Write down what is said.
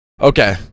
Okay